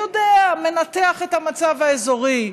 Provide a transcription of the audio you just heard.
מנתח את המצב האזורי,